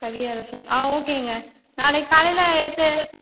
கவியரசன் ஆ ஓகேங்க நாளைக்கு காலையில் எத்த